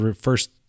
first